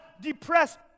depressed